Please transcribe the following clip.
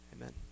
Amen